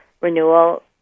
renewal